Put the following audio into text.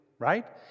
Right